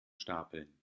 stapeln